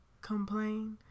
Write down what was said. Complain